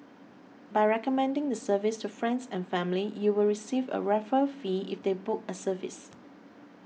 by recommending the service to friends and family you will receive a referral fee if they book a service